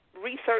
research